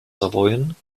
savoyen